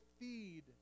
feed